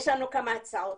יש לנו כמה הצעות.